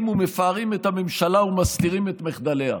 ומפארים את הממשלה ומסתירים את מחדליה.